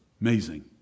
Amazing